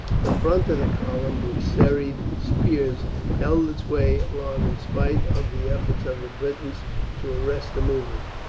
the front of the column with serried spears held its way on in spite of the efforts of the britons to arrest the movement.